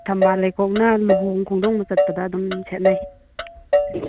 ꯊꯝꯕꯥꯜ ꯂꯩꯈꯣꯛꯅ ꯂꯨꯍꯣꯟ ꯈꯣꯡꯗꯣꯡꯕ ꯆꯠꯄꯗ ꯑꯗꯨꯝ ꯁꯦꯠꯅꯩ